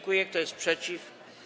Kto jest przeciw?